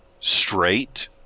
straight